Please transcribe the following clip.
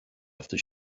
after